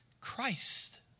Christ